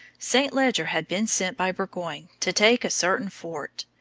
st. leger had been sent by burgoyne to take a certain fort.